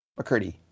McCurdy